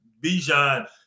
Bijan